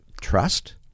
Trust